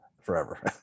forever